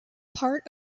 part